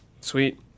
Sweet